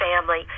family